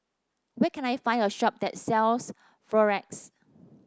where can I find a shop that sells Frex